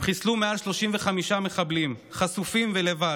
הם חיסלו מעל 35 מחבלים, חשופים, ולבד,